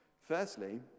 Firstly